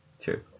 True